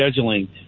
scheduling